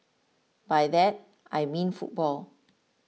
by that I mean football